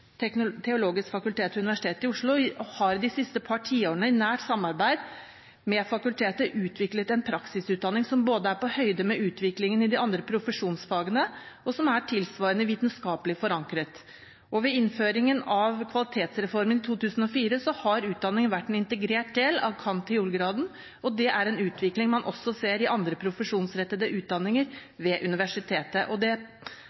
fakultet ved Universitetet i Oslo og har i de siste par tiårene, i nært samarbeid med fakultetet, utviklet en praksisutdanning som både er på høyde med utviklingen i de andre profesjonsfagene, og er tilsvarende vitenskapelig forankret. Ved innføring av kvalitetsreformen i 2004 har utdanningen vært en integrert del av cand.theol.-graden, og det er en utvikling man også ser i andre profesjonsrettede utdanninger ved Universitetet. Det